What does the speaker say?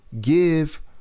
give